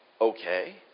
Okay